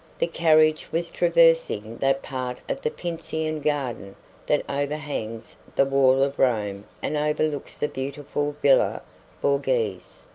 the carriage was traversing that part of the pincian garden that overhangs the wall of rome and overlooks the beautiful villa borghese.